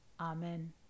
Amen